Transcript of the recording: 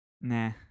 Nah